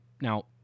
now